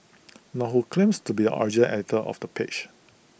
nor who claims to be original editor of the page